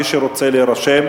מי שרוצה להירשם,